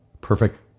perfect